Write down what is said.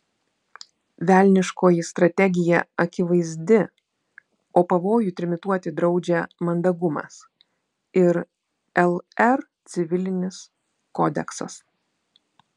velniškoji strategija akivaizdi o pavojų trimituoti draudžia mandagumas ir lr civilinis kodeksas